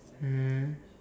mm